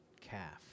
calf